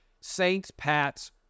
Saints-Pats